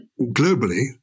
Globally